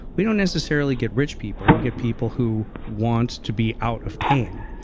we don't necessarily get rich people, we get people who want to be out of pain.